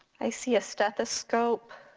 i see a stethoscope,